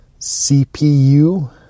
CPU